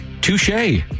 Touche